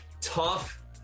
tough